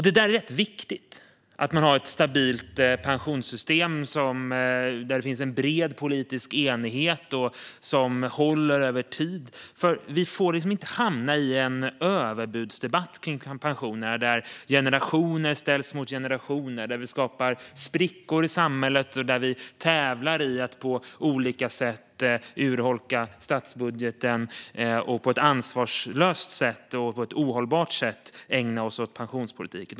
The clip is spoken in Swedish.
Det är viktigt att vi har ett stabilt pensionssystem som det finns en bred politisk enighet om och som håller över tid. Vi får inte hamna i en överbudsdebatt kring pensionerna, där generationer ställs mot generationer och vi skapar sprickor i samhället och tävlar i att på olika sätt urholka statsbudgeten och på ett ansvarslöst och ohållbart sätt ägna oss åt pensionspolitik.